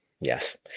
yes